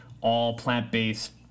all-plant-based